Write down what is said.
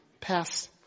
Pass